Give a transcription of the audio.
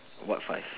what five